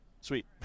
sweet